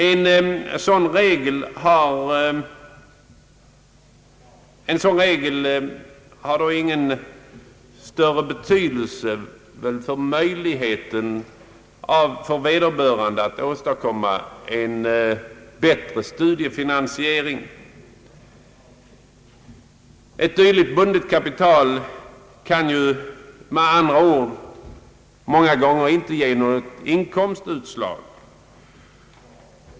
En sådan tillgång har ingen större betydelse för vederbörandes möjlighet att åstadkomma en bättre studiefinansiering. Ett dylikt bundet kapital kan många gånger inte ge något inkomstutslag.